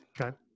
okay